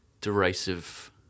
derisive